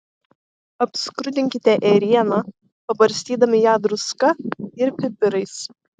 apskrudinkite ėrieną pabarstydami ją druska ir pipirais